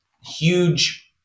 huge